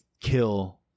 kill